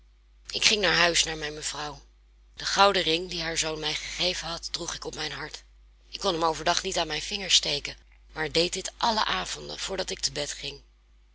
ik ging naar huis naar mijn mevrouw den gouden ring dien haar zoon mij gegeven had droeg ik op mijn hart ik kon hem overdag niet aan mijn vinger steken maar deed dit alle avonden voordat ik te bed ging